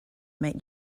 make